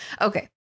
Okay